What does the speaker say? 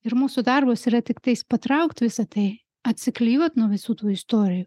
ir mūsų darbas yra tiktais patraukt visa tai atsiklijuot nuo visų tų istorijų